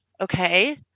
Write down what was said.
okay